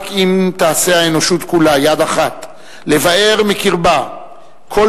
רק אם תעשה האנושות כולה יד אחת לבער מקרבה כל